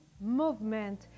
movement